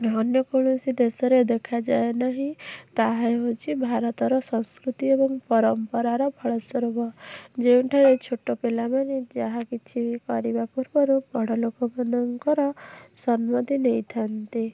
ଅନ୍ୟ କୌଣସି ଦେଶରେ ଦେଖାଯାଏ ନାହିଁ ତାହା ହେଉଛି ଭାରତର ସଂସ୍କୃତି ଏବଂ ପରମ୍ପରାର ଫଳସ୍ଵରୂପ ଯେଉଁଠାରେ ଛୋଟ ପିଲାମାନେ ଯାହା କିଛି କରିବା ପୂର୍ବରୁ ବଡ଼ ଲୋକମାନଙ୍କର ସମ୍ମତି ନେଇ ଥାଆନ୍ତି